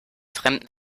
fremden